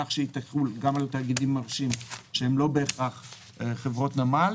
כך שהיא תחול גם על תאגידים מורשים שהם לא בהכרח חברות נמל,